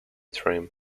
trim